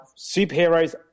superheroes